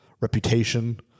reputation